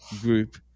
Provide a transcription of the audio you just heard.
group